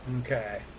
okay